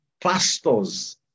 pastors